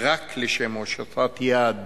רק לשם הושטת יד